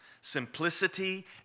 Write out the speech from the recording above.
simplicity